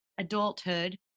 adulthood